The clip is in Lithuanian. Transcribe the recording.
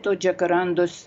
to džekarandos